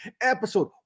episode